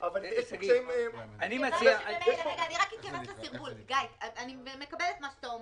אבל יש פה קשיים --- אני מקבלת את מה שאתה אומר,